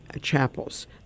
chapels